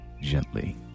gently